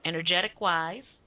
Energetic-wise